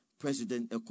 president